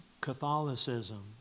Catholicism